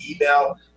email